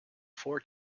four